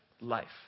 life